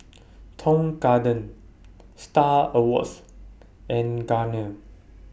Tong Garden STAR Awards and Garnier